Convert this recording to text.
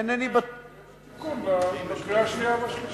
זה יהיה בתיקון בקריאה השנייה ובקריאה השלישית.